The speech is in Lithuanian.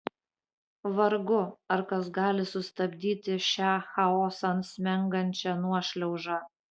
vargu ar kas gali sustabdyti šią chaosan smengančią nuošliaužą